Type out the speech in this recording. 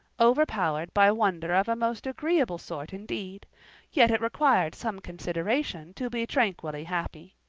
overpowered by wonder of a most agreeable sort indeed yet it required some consideration to be tranquilly happy.